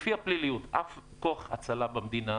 אף כוח הצלה במדינה,